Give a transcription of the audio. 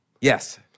Yes